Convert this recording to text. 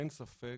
אין ספק